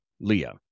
Leah